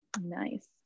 Nice